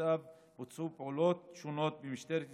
ובעקבותיו בוצעו פעולות שונות במשטרת ישראל,